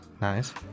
Nice